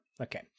Okay